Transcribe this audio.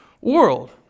world